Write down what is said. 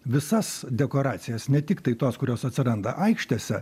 visas dekoracijas ne tik tai tos kurios atsiranda aikštėse